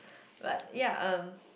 but ya um